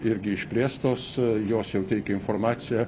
irgi išplėstos jos jau teikia informaciją